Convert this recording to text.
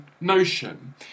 notion